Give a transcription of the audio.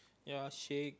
ya shake